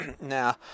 Now